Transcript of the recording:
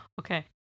okay